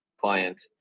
client